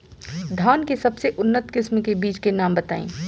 धान के सबसे उन्नत किस्म के बिज के नाम बताई?